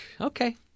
okay